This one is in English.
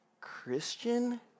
Christian